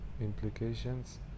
implications